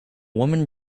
woman